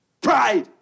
Pride